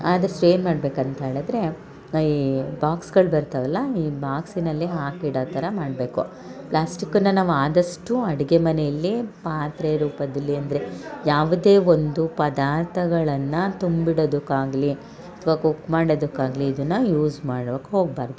ಆದಷ್ಟು ಏನು ಮಾಡ್ಬೇಕಂತ ಹೇಳಿದ್ರೆ ಈ ಬಾಕ್ಸ್ಗಳು ಬರ್ತಾವಲ್ಲ ಈ ಬಾಕ್ಸಿನಲ್ಲಿ ಹಾಕಿಡೋ ಥರ ಮಾಡಬೇಕು ಪ್ಲಾಸ್ಟಿಕ್ಕನ ನಾವು ಆದಷ್ಟು ಅಡಿಗೆ ಮನೆಯಲ್ಲಿ ಪಾತ್ರೆ ರೂಪದಲ್ಲಿ ಅಂದರೆ ಯಾವುದೇ ಒಂದು ಪದಾರ್ಥಗಳನ್ನು ತುಂಬಿಡೋದಕ್ಕಾಗಲಿ ಅಥ್ವಾ ಕುಕ್ ಮಾಡದಕ್ಕಾಗಲಿ ಇದನ್ನು ಯೂಸ್ ಮಾಡೋಕೆ ಹೋಗ್ಬಾರದು